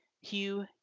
Hugh